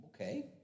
okay